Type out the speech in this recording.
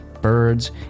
birds